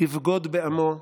לבגוד בעמו,